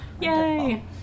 Yay